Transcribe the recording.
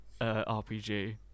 RPG